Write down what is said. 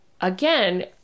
again